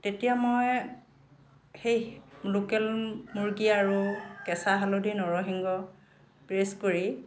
তেতিয়া মই সেই লোকেল মুৰ্গী আৰু কেঁচা হালধিৰ নৰসিংহ পেষ্ট কৰি